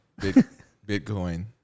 Bitcoin